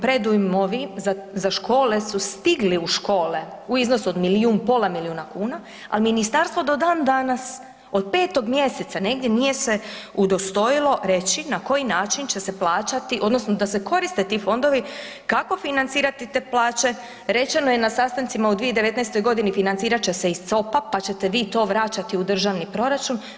Predujmovi za škole su stigli u škole u iznosu od milijun, pola milijuna kuna, al ministarstvo do dan danas, od 5. mjeseca negdje nije se udostojilo reći na koji način će se plaćati odnosno da se koriste ti fondovi, kako financirati te plaće, rečemo je na sastancima u 2019.g. financirat će se iz COP-a, pa ćete vi to vraćati u državni proračun.